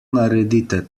naredite